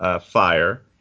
Fire